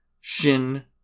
Shin